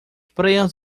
praias